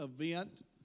event